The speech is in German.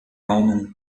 warnung